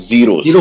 Zeros